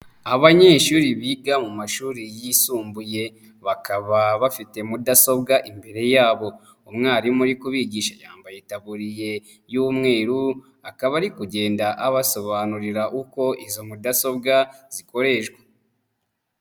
Abanyeshuri biga mu mashuri yisumbuye bakaba bafite mudasobwa, imbere yabo hari umwarimu uri kubigisha yambaye itaburiye y'umweru, akaba ari kugenda abasobanurira uko izo mudasobwa zikoreshwa.